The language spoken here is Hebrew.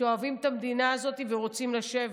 שאוהבים את המדינה הזאת ורוצים לשבת.